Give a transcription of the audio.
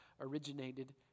originated